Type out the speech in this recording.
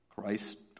Christ